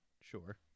sure